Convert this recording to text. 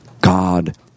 God